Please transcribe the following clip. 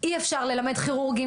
אי אפשר ללמד כירורגים,